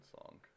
song